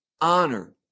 honor